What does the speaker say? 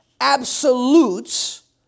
absolutes